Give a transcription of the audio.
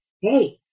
hey